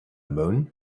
moon